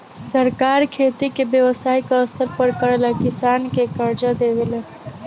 सरकार खेती के व्यवसायिक स्तर पर करेला किसान के कर्जा देवे ले